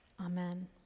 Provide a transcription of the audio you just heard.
Amen